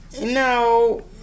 No